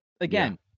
again